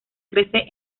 crece